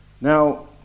Now